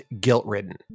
guilt-ridden